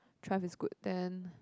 Triumph is good than